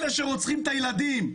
אלה שרוצחים את הילדים,